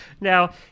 Now